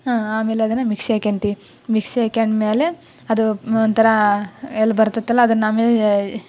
ಆಮೇಲೆ ಅದನ್ನು ಮಿಕ್ಸಿಗೆ ಹಾಕೊಂತಿವಿ ಮಿಕ್ಸಿ ಹಾಕೊಂಡ್ಮೇಲೆ ಅದು ಒಂಥರಾ ಎಲ್ಲಿ ಬರ್ತದಲ್ಲ ಅದನ್ನು ಅಮೇ